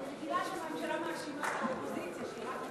אני רגילה שהממשלה מאשימה את האופוזיציה.